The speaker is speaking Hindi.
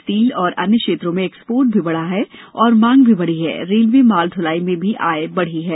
स्टील और अन्य क्षेत्रों में एक्सपोर्ट भी बढ़ा है और मांग भी बढ़ी है रेलवे माल ढुलाई में भी आय बढ़ी है